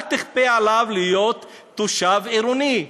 אל תכפה עליו להיות תושב עירוני.